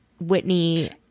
Whitney